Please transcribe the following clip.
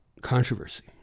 controversy